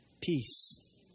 peace